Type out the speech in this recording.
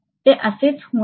ते असेच होणार आहे